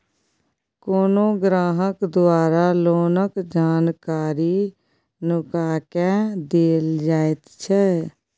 कोनो ग्राहक द्वारा लोनक जानकारी नुका केँ देल जाएत छै